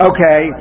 Okay